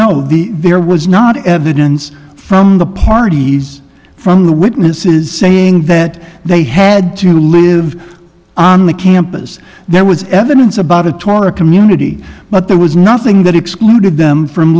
the there was not evidence from the parties from the witnesses saying that they had to live on the campus there was evidence about a taller community but there was nothing that excluded them from